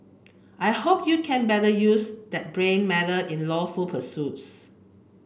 I hope you can better use that brain matter in lawful pursuits